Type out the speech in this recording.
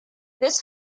this